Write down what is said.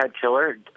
killer